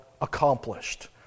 accomplished